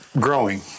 growing